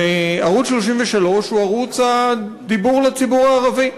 וערוץ 33 הוא ערוץ הדיבור לציבור הערבי.